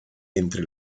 entre